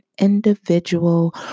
individual